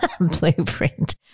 blueprint